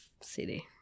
city